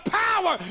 power